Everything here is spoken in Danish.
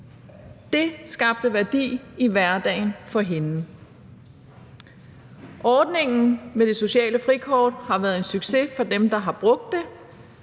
Det skabte værdi i hverdagen for hende. Ordningen med det sociale frikort har været en succes for dem, der har brugt det,